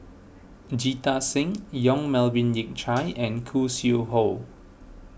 Jita Singh Yong Melvin Yik Chye and Khoo Sui Hoe